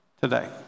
today